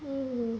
um